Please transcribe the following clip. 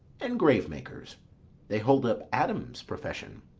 and grave-makers they hold up adam's profession.